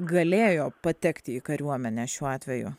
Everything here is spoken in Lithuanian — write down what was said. galėjo patekti į kariuomenę šiuo atveju